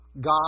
God